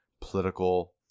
political